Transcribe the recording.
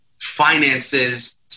finances